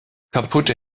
kaputte